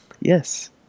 Yes